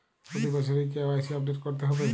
প্রতি বছরই কি কে.ওয়াই.সি আপডেট করতে হবে?